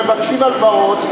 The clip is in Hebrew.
שמבקשים הלוואות,